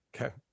okay